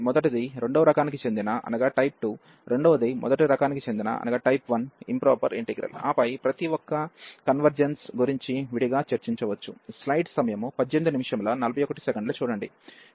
మొదటిది రెండవ రకానికి చెందిన రెండవది మొదటి రకానికి చెందిన ఇంప్రాపర్ ఇంటిగ్రల్ ఆపై ప్రతి ఒక్క కన్వెర్జెన్స్ గురించి విడిగా చర్చించవచ్చు